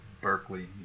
berkeley